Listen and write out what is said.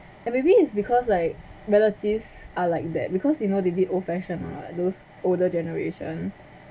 and maybe it's because like relatives are like that because you know they'd be old fashioned those older generation